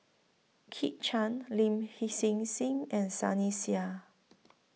Kit Chan Lin He Hsin Hsin and Sunny Sia